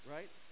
Right